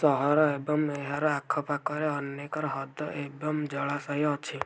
ସହର ଏବଂ ଏହାର ଆଖପାଖରେ ଅନେକ ହ୍ରଦ ଏବଂ ଜଳାଶୟ ଅଛି